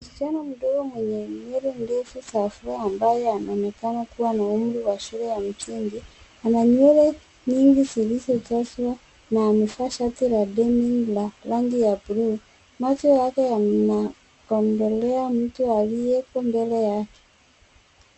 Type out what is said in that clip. Msichana mdogo mwenye nywele ndefu za afro ambaye anaonekana kuwa na umri wa shule ya msingi ana nywele nyingi zilizojazwa na amevaa shati la denim la rangi ya buluu macho yake yameyakondolea mtu aliyeko mbele yake.